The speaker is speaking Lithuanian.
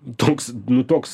toks nu toks